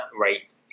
rate